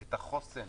את החוסן